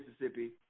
Mississippi